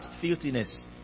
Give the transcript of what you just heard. filthiness